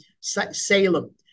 Salem